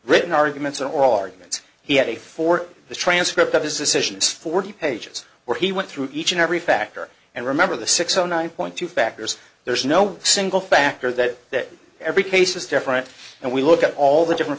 written arguments are all arguments he had a for the transcript of his decisions forty pages where he went through each and every factor and remember the six o nine point two factors there's no single factor that every case is different and we look at all the different